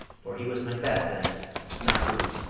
for he was macbeth then not booth.